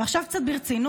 ועכשיו קצת ברצינות.